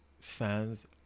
fans